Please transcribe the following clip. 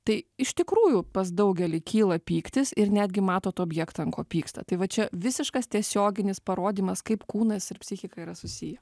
tai iš tikrųjų pas daugelį kyla pyktis ir netgi matot objektą ant ko pyksta tai va čia visiškas tiesioginis parodymas kaip kūnas ir psichika yra susiję